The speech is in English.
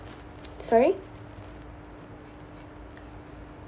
sorry